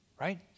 right